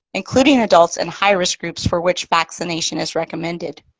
including adults in high risk groups for which vaccination is recommended.